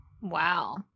Wow